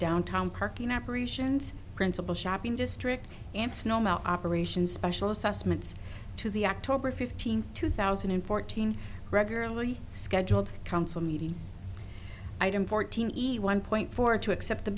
downtown parking operations principal shopping district and snow melt operations specialist estimates to the october fifteenth two thousand and fourteen regularly scheduled council meeting item fourteen easy one point four to accept the